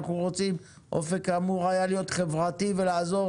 אופק אמור היה להיות חברתי ולעזור